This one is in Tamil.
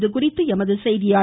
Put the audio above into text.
இதுகுறித்து எமது செய்தியாளர்